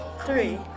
three